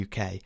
UK